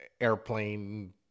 airplane